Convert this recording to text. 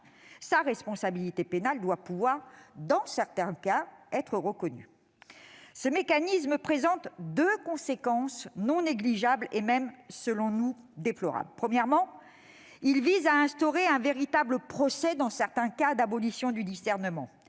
sa responsabilité pénale doit pouvoir, dans certains cas, être reconnue. Ce mécanisme emporte deux conséquences non négligeables et même, selon nous, déplorables. Premièrement, il vise à instaurer, dans certains cas, un véritable procès d'abolition du discernement,